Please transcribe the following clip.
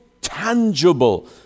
tangible